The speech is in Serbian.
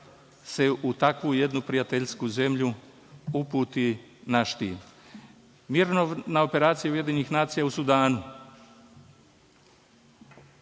se u takvu jednu prijateljsku zemlju uputi naš tim. Mirovna operacija UN u Sudanu.